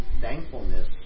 thankfulness